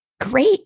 great